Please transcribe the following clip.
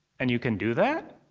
and you can do that?